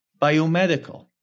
biomedical